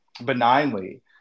benignly